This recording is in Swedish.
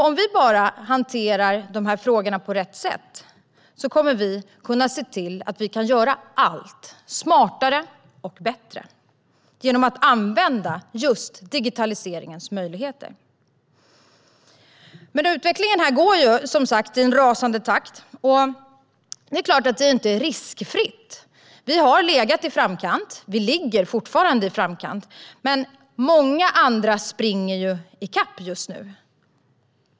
Om vi hanterar frågorna på rätt sätt kommer vi att kunna göra allt smartare och bättre med hjälp av digitaliseringens möjligheter. Utvecklingen går i en rasande takt. Det är klart att det inte är riskfritt. Sverige har legat i framkant och ligger fortfarande i framkant, men många andra springer i kapp.